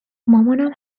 مامانم